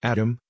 Adam